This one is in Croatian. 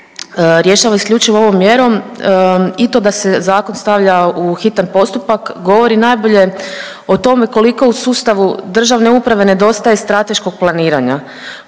rješava isključivo ovom mjerom i to da se zakon stavlja u hitan postupak govori najbolje o tome koliko u sustavu državne uprave nedostaje strateškog planiranja,